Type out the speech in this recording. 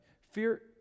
fear